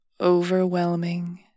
overwhelming